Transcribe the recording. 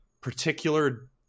particular